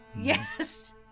Yes